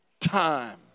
time